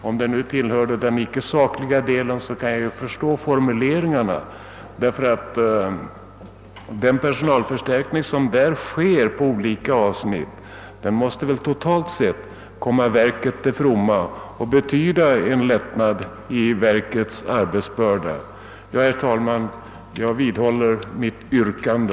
Om det tillhörde den icke sakliga delen kan jag förstå formuleringarna, ty den personalförstärkning som genomföres måste totalt sett komma verket till godo och betyda en lättnad i dess arbetsbörda. Herr talman! Jag vidhåller mitt yrkande.